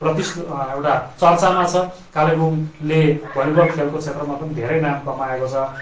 प्रतिष्ठ एउटा चर्चामा छ कालेबुङले भलिबल खेलको क्षेत्रमा पनि धेरै नाम कमाएको छ